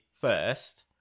first